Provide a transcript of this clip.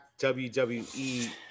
wwe